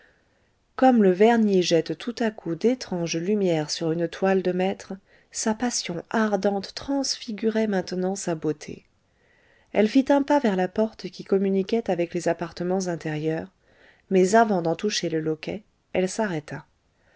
comme le vernis jette tout à coup d'étranges lumières sur une toile de maître sa passion ardente transfigurait maintenant sa beauté elle fit un pas vers la porte qui communiquait avec les appartements intérieurs mais avant d'en toucher le loquet elle s'arrêta